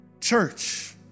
Church